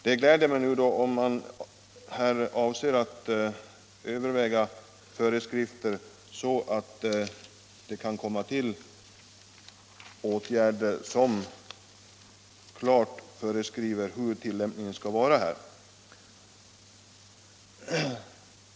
Det är glädjande om regeringen nu avser att utfärda klara föreskrifter beträffande tillämpningen av 44a§ när det gäller fritidshus.